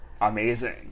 amazing